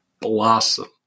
blossom